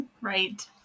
right